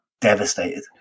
devastated